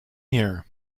here